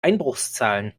einbruchszahlen